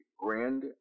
Grand